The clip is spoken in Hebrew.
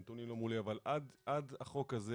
הנתונים לא מולי אבל עד החוק הזה,